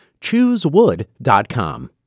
Choosewood.com